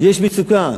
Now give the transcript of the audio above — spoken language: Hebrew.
יש מצוקה.